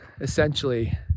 essentially